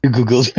Google